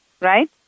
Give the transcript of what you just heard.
right